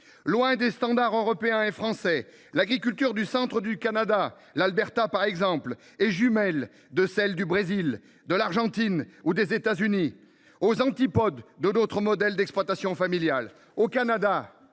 Loin des standards européens et français, l’agriculture du centre du Canada, de l’Alberta par exemple, est jumelle de celles du Brésil, de l’Argentine ou des États Unis, aux antipodes de notre modèle d’exploitation familiale. Plus de